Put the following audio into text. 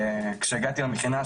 וכשהגעתי למכינה,